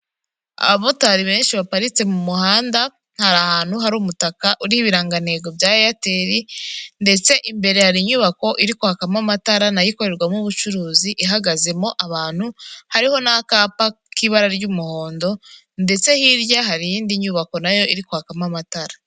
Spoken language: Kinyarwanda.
Abamotari benshi baparitse mu muhanda, hari ahantu hari umutaka uri ibirangantego bya Airtel ndetse imbere hari inyubako iri kwakamo amatara nayo ikorerwamo ubucuruzi ihagazemo abantu, hariho n'akapa k'ibara ry'umuhondo ndetse hirya hariyindi nyubako nayo iri kwakamo amatara.